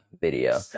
video